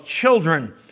children